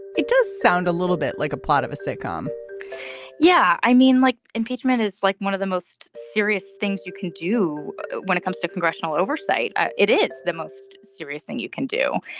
it does sound a little bit like a plot of a sitcom yeah i mean like impeachment is like one of the most serious things you can do when it comes to congressional oversight. it is the most serious thing you can do.